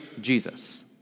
Jesus